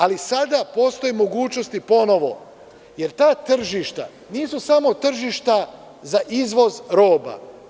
Ali, sada postoji mogućnosti ponovo, jer ta tržišta nisu samo tržišta za izvoz roba.